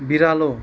बिरालो